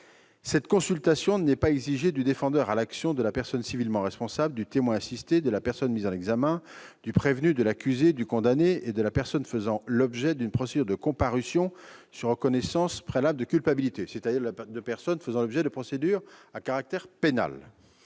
Cette consultation n'est pas exigée du défendeur à l'action, de la personne civilement responsable, du témoin assisté, de la personne mise en examen, du prévenu, de l'accusé, du condamné et de la personne faisant l'objet de la procédure de comparution sur reconnaissance préalable de culpabilité. « La rétribution due à l'avocat pour